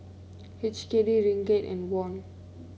H K D Ringgit and Won